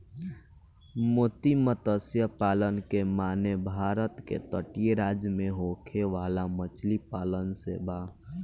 मोती मतस्य पालन के माने भारत के तटीय राज्य में होखे वाला मछली पालन से बा